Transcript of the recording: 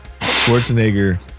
Schwarzenegger